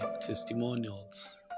testimonials